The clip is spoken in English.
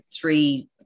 three